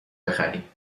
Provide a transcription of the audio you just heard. بخریم